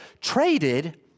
traded